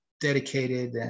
dedicated